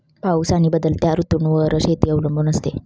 पाऊस आणि बदलत्या ऋतूंवर शेती अवलंबून असते